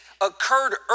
occurred